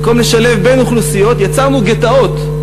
במקום לשלב בין אוכלוסיות, יצרנו גטאות,